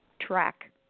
track